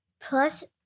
plus